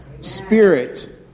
Spirit